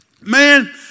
man